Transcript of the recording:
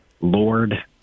Lord